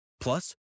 Plus